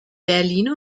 berlin